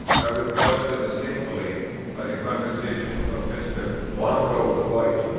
i was brought to the same belief by the conversation of mr. blanco white,